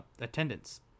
attendance